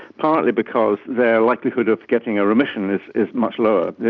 partly because their likelihood of getting a remission is is much lower.